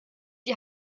die